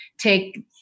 take